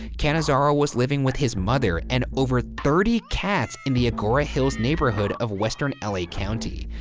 cannizzaro was living with his mother and over thirty cats in the agora hills neighborhood of western la county.